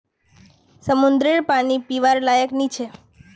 समंद्ररेर पानी पीवार लयाक नी छे